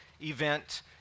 event